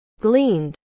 gleaned